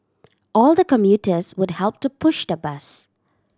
all the commuters would help to push the bus